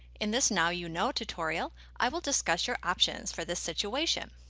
in this now you know tutorial i will discuss your options for this situation.